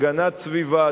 הגנת הסביבה,